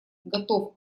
готов